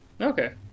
Okay